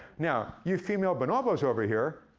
now, you female bonobos over here,